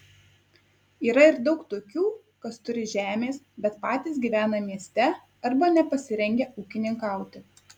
yra ir daug tokių kas turi žemės bet patys gyvena mieste arba nepasirengę ūkininkauti